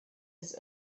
des